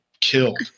killed